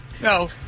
no